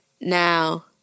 Now